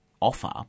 offer